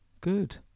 Good